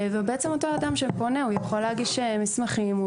אותו אדם שפונה יכול להגיש מסמכים.